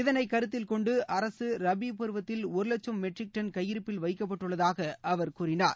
இதனை கருத்தில் கொண்டு அரசு ரபீ பருவத்தில் ஒரு வட்சம் மெட்ரிக் டன் கையிருப்பில் வைக்கப்பட்டுள்ளதாக அவர் கூறினார்